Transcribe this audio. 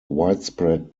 widespread